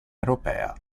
europea